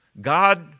God